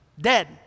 dead